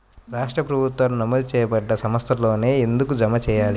రాష్ట్ర ప్రభుత్వాలు నమోదు చేయబడ్డ సంస్థలలోనే ఎందుకు జమ చెయ్యాలి?